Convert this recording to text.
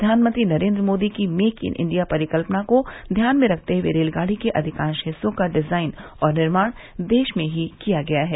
प्रधानमंत्री नरेन्द्र मोदी की make in India परिकल्यना को ध्यान में रखते हुए रेलगाड़ी के अधिकांश हिस्सों का डिजाइन और निर्माण देश में ही किया गया है